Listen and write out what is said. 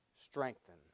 Strengthen